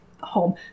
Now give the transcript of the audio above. home